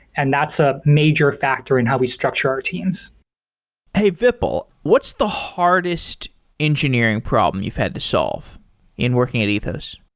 and that's a major factor in how we structure our teams hey, vipul. what's the hardest engineering problem you've had to solve in working at ethos?